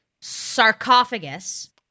sarcophagus